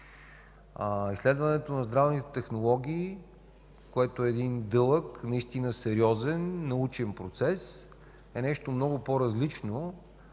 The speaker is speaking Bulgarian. Изследването на здравните технологии, което е дълъг и сериозен научен процес, е нещо много по-различно